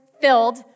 filled